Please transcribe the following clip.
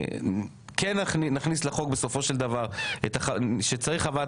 כן נכניס לחוק בסופו של דבר את שצריך חוות